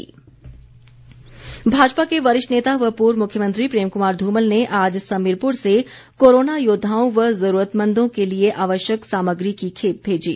धुमल भाजपा के वरिष्ठ नेता व पूर्व मुख्यमंत्री प्रेम कुमार धूमल ने आज समीरपुर से कोरोना योद्वाओं व जरूरतमंदों के लिए आवश्यक सामग्री की खेप भेजी